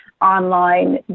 online